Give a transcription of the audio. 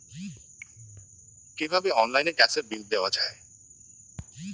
কিভাবে অনলাইনে গ্যাসের বিল দেওয়া যায়?